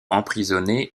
emprisonné